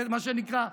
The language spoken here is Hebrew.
מה שנקרא,